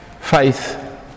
faith